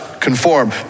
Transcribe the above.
conform